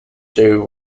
two